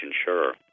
insurer